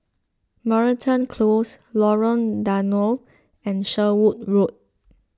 Moreton Close Lorong Danau and Sherwood Road